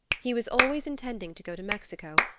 he was always intending to go to mexico,